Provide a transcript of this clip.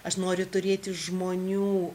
aš noriu turėti žmonių